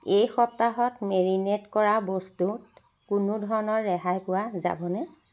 এই সপ্তাহত মেৰিনেট কৰা বস্তুত কোনো ধৰণৰ ৰেহাই পোৱা যাবনে